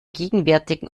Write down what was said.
gegenwärtigen